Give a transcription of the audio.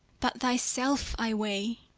but thyself i weigh